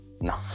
No